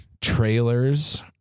trailers